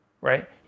Right